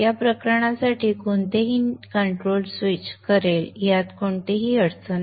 या प्रकरणासाठी कोणतेही नियंत्रित स्विच करेल यात कोणतीही अडचण नाही